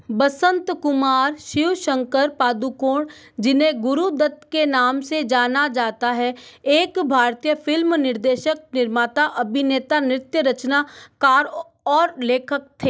बसंत कुमार शिवशंकर पादुकोण जिन्हें गुरु दत्त के नाम से जाना जाता है एक भारतीय फिल्म निर्देशक निर्माता अभिनेता नृत्यरचना कार और लेखक थे